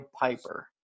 Piper